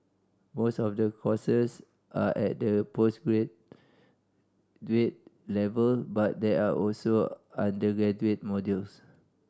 most of the courses are at the level but there are also undergraduate modules